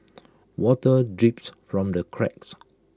water drips from the cracks